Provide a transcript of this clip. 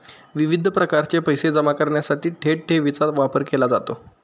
विविध प्रकारचे पैसे जमा करण्यासाठी थेट ठेवीचा वापर केला जातो